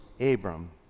Abram